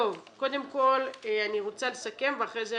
קודם כל אני רוצה לסכם אני